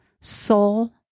Soul